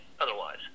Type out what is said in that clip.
otherwise